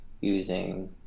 using